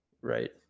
right